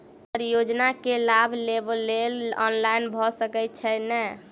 Sir योजना केँ लाभ लेबऽ लेल ऑनलाइन भऽ सकै छै नै?